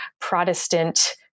Protestant